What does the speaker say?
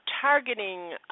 targeting